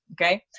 okay